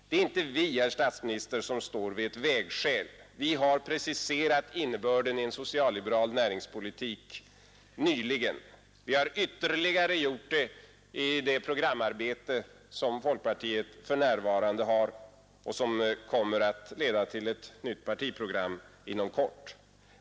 Det är inte vi, herr statsminister, som står vid ett vägskäl. Vi har preciserat innebörden i en socialliberal näringspolitik nyligen. Vi har ytterligare gjort det i det programarbete, som folkpartiet för närvarande har och som kommer att leda till ett nytt partiprogram inom kort.